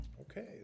Okay